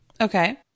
Okay